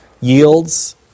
Yields